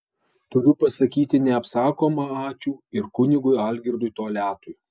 turiu pasakyti neapsakoma ačiū ir kunigui algirdui toliatui